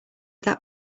that